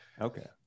Okay